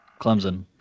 Clemson